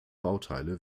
bauteile